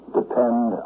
depend